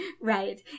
Right